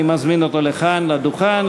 אני מזמין אותו לכאן לדוכן.